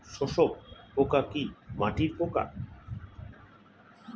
শোষক পোকা কি মাটির পোকা?